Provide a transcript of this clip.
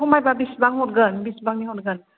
खमायबा बिसिबां हरगोन बेसेबांनि हरगोन